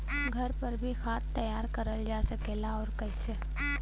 घर पर भी खाद तैयार करल जा सकेला और कैसे?